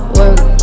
work